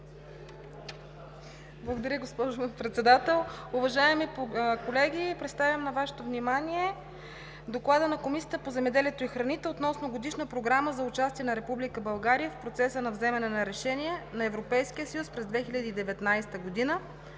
Благодаря, госпожо Председател. Уважаеми колеги, представям на Вашето внимание „ДОКЛАД на Комисията по земеделието и храните относно Годишна програма за участие на Република България в процеса на вземане на решения на Европейския съюз през 2019 г.,